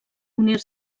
unir